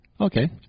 Okay